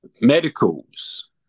medicals